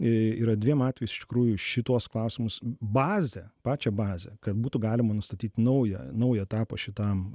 yra dviem atvejais iš tikrųjų į šituos klausimus bazę pačią bazę kad būtų galima nustatyti naują naują etapą šitam